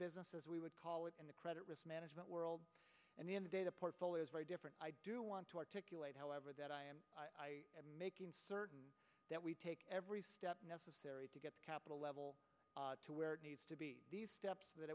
business as we would call it in the credit risk management world and in the data portfolio is very different i do want to articulate however that i am making certain that we take every step necessary to get the capital level to where it needs to be the steps that